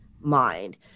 mind